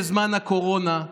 בזמן הקורונה,